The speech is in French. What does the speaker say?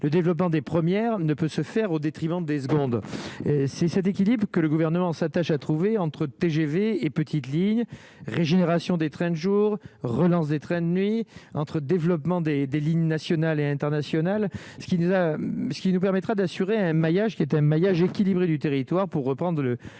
le développement des premières ne peut se faire au détriment des secondes, c'est cet équilibre que le gouvernement s'attache à trouver entre TGV et petites lignes régénération des trains jours relance des trains de nuit entre développement des, des lignes nationales et internationales, ce qui nous a, ce qui nous permettra d'assurer un maillage qui était un maillage équilibré du territoire pour reprendre le